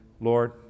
Lord